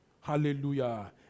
Hallelujah